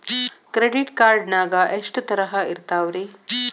Credit card ನಾಗ ಎಷ್ಟು ತರಹ ಇರ್ತಾವ್ರಿ?